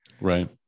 Right